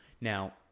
Now